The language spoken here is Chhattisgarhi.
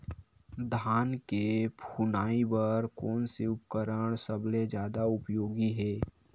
धान के फुनाई बर कोन से उपकरण सबले जादा उपयोगी हे?